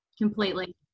completely